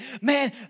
Man